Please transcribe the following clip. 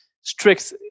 strict